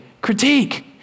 critique